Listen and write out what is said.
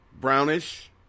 brownish